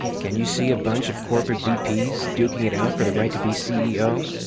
can you see a bunch of corporate vps duking it out for the right to be ceo?